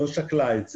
לא שקלה את זה,